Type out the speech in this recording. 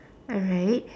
alright